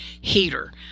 heater